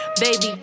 Baby